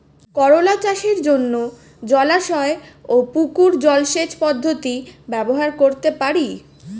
করোলা চাষের জন্য জলাশয় ও পুকুর জলসেচ পদ্ধতি ব্যবহার করতে পারি?